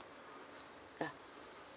ah